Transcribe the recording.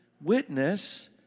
witness